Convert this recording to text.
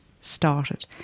started